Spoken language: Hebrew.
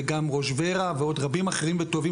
ועוד רבים וטובים,